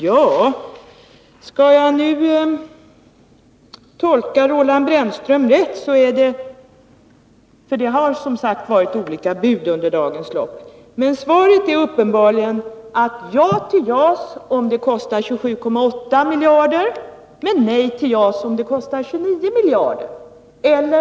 Jag vet inte om jag tolkar Roland Brännström rätt — det har som sagt varit olika bud under dagens lopp - ifall jag säger att svaret uppenbarligen är: Ja till JAS, om det kostar 27,8 miljarder, men nej till JAS, om det kostar 29 miljarder. Eller .